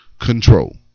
control